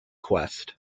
quest